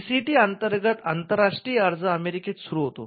PCT अंतर्गत आंतरराष्ट्रीय अर्ज अमेरिकेत सुरू होतो